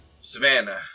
Savannah